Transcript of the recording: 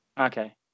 Okay